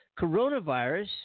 Coronavirus